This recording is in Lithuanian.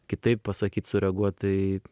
kitaip pasakyt sureaguot tai